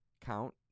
count